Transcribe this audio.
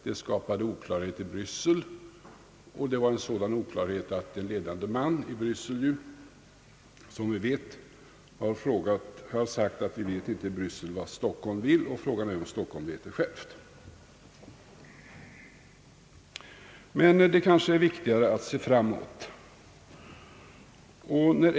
Detta skapade oklarhet i Bryssel, och den var sådan att en ledande man i Bryssel som bekant har sagt, att vi vet inte i Bryssel vad Stockholm vill, och frågan är om Stockholm vet det självt. Men det är kanske viktigare att se framåt.